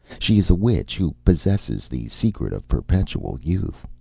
she is a witch, who possesses the secret of perpetual youth.